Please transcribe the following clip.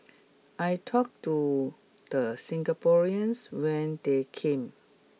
I talk to the Singaporeans when they came